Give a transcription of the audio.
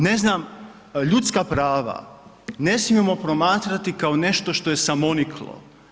Ne znam, ljudska prava ne smijemo promatrati kao nešto što je samoniklo.